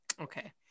Okay